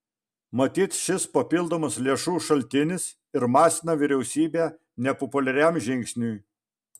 matyt šis papildomas lėšų šaltinis ir masina vyriausybę nepopuliariam žingsniui